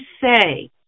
say